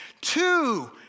Two